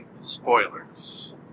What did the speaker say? spoilers